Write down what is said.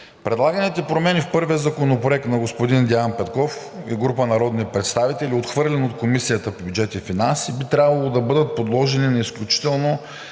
Предлаганите промени в първия законопроект на господин Деян Петков и група народни представители, отхвърлен от Комисията по бюджет и финанси, би трябвало да бъдат подложени на изключително